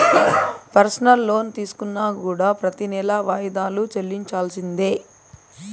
personal loan తీసుకున్నా కూడా ప్రెతి నెలా వాయిదాలు చెల్లించాల్సిందే